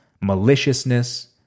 maliciousness